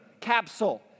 capsule